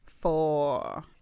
four